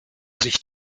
sich